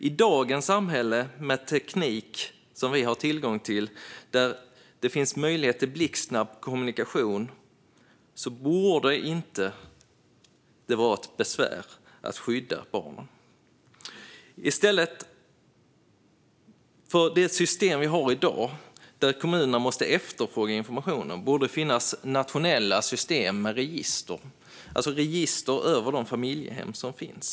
I dagens samhälle, där vi har tillgång till teknik och möjligheter till blixtsnabb kommunikation, borde det inte vara besvärligt att skydda barn. I stället för det system vi har i dag, där kommunerna måste efterfråga information, borde det finnas nationella system med register över de familjehem som finns.